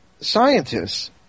scientists